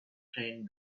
train